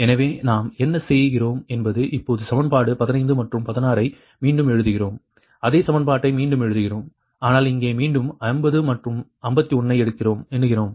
எனவே நாம் என்ன செய்கிறோம் என்பது இப்போது சமன்பாடு 15 மற்றும் 16 ஐ மீண்டும் எழுதுகிறோம் அதே சமன்பாட்டை மீண்டும் எழுதுகிறோம் ஆனால் இங்கே மீண்டும் 50 மற்றும் 51 ஐ எண்ணுகிறோம்